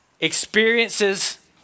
experiences